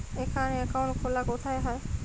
এখানে অ্যাকাউন্ট খোলা কোথায় হয়?